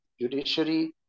judiciary